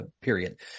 period